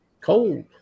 Cold